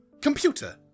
Computer